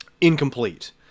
incomplete